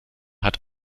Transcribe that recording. hat